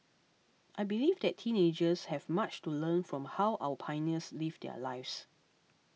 I believe that teenagers have much to learn from how our pioneers lived their lives